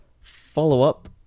follow-up